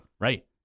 Right